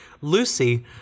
Lucy